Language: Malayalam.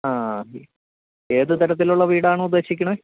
ആ ഏത് തരത്തിലുള്ള വീടാണ് ഉദ്ദേശിക്കുന്നത്